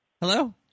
Hello